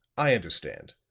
i understand.